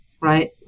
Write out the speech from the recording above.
right